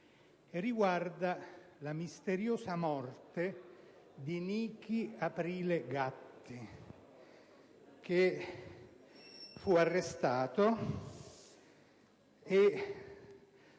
riguardante la misteriosa morte di Niki Aprile Gatti, che fu arrestato e